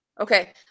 Okay